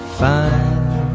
fine